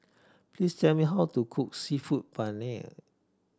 please tell me how to cook Seafood Paella